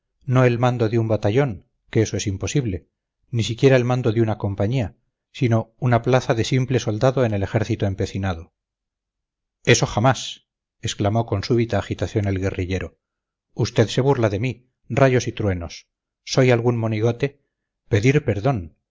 no el mando de un batallón que eso es imposible ni siquiera el mando de una compañía sino una plaza de simple soldado en el ejército empecinado eso jamás exclamó con súbita agitación el guerrillero usted se burla de mí rayos y truenos soy algún monigote pedir perdón